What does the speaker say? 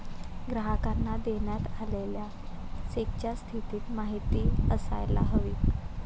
ग्राहकांना देण्यात आलेल्या चेकच्या स्थितीची माहिती असायला हवी